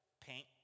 paint